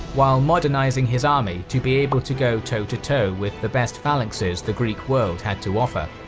while modernizing his army to be able to go toe to toe with the best phalanxes the greek world had to offer.